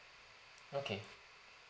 okay